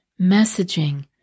messaging